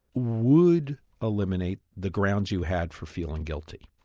would eliminate the grounds you had for feeling guilty.